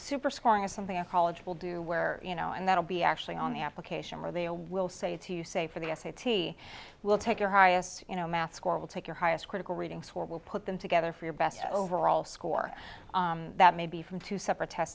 super scoring as something a college will do where you know and that will be actually on the application where they a will say to you say for the s a t we'll take your highest you know math score we'll take your highest critical reading score we'll put them together for your best overall score that may be from two separate test